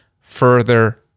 further